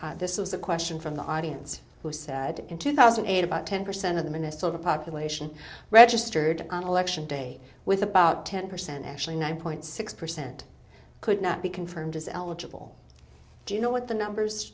later this is a question from the audience who said in two thousand and eight but ten percent of the minnesota population registered on election day with about ten percent actually nine point six percent could not be confirmed as eligible do you know what the numbers